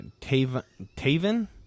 Taven